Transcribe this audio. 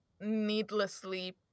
needlessly